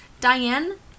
Diane